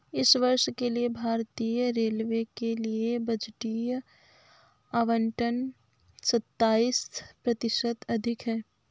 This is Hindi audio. इस वर्ष के लिए भारतीय रेलवे के लिए बजटीय आवंटन सत्ताईस प्रतिशत अधिक है